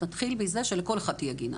נתחיל מזה שלכל אחד תהיה גינה,